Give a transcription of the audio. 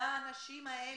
לאנשים האלה,